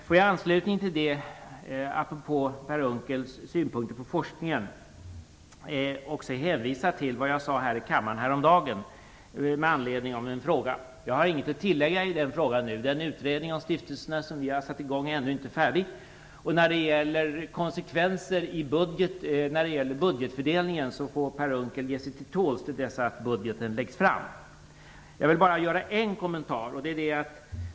Jag vill i anslutning till detta apropå Per Unckels synpunkter på forskningen också hänvisa till vad jag sade här i kammaren häromdagen med anledning av en fråga. Jag har inget att nu tillägga i denna fråga. Den utredning om stiftelserna som vi har satt igång är ännu inte färdig. När det gäller budgetfördelningen får Per Unckel ge sig till tåls tills dess att budgeten läggs fram. Jag vill bara göra en kommentar.